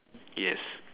yes